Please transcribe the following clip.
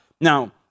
Now